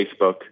Facebook